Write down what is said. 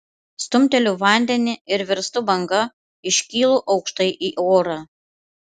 stumteliu vandenį ir virstu banga iškylu aukštai į orą